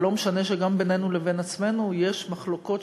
ולא משנה שגם בינינו לבין עצמנו יש מחלוקות,